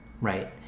right